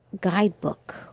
guidebook